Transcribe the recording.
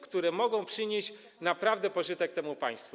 które mogą przynieść naprawdę pożytek temu państwu.